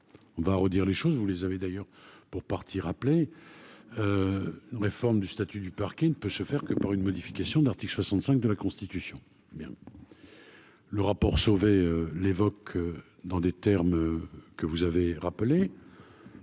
on va redire les choses, vous les avez d'ailleurs pour partir appeler réforme du statut du parquet, il ne peut se faire que par une modification de l'article 65 de la Constitution bien le rapport Sauvé l'évoque dans des termes que vous avez rappelé